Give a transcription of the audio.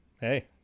hey